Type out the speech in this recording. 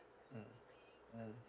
mm mm